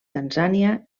tanzània